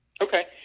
Okay